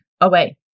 away